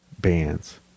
bands